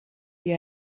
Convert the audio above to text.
you